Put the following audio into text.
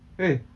eh